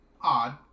odd